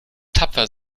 tapfer